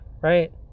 right